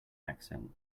accent